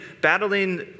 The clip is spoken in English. battling